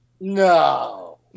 No